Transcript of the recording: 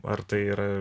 ar tai yra